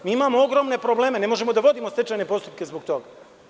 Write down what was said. Mi imamo ogromne probleme, ne možemo da vodimo stečajne postupke zbog toga.